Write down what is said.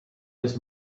his